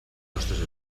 nostres